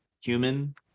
human